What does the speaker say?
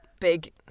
big